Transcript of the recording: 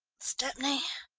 stepney.